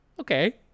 okay